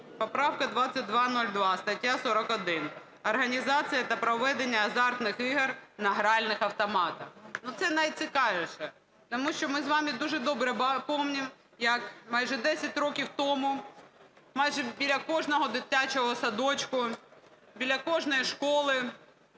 поправка 2202, стаття 41 "Організація та проведення азартних ігор на гральних автоматах". Ну, це найцікавіше, тому що ми з вами дуже добре пам'ятаємо, як майже 10 років тому майже біля кожного дитячого садочка, біля кожної школи,